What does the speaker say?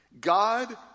God